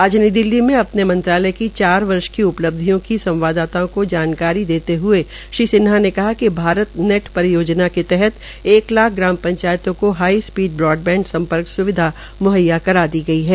आज नई लाख दिल्ली में अपने मंत्रालय की चार वर्ष की उपलिब्ध्यों की संवाददाताओं को जानकारी देते हये श्री सिन्हा ने कहा कि भारत नेट परियोजना के तहत एक लाख ग्रामपंचायतों को हाई स्पीड ब्राडबैंड सम्पर्क स्विधा करा दी गई है